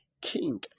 king